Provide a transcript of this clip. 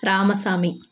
Ramasamy